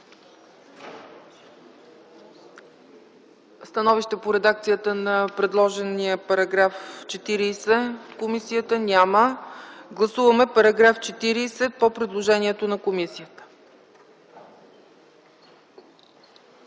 становища по редакцията на предложения § 40 от комисията? Няма. Гласуваме § 40 по предложението на комисията.